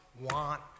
want